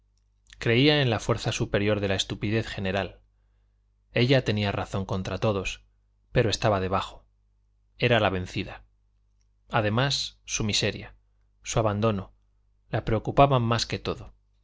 creía en la fuerza superior de la estupidez general ella tenía razón contra todos pero estaba debajo era la vencida además su miseria su abandono la preocupaban más que todo